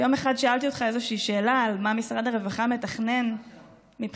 יום אחד שאלתי אותך איזושהי שאלה על מה משרד הרווחה מתכנן מבחינת